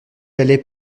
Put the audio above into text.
allait